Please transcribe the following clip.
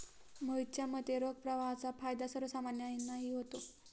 मोहितच्या मते, रोख प्रवाहाचा फायदा सर्वसामान्यांनाही होतो